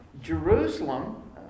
Jerusalem